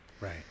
Right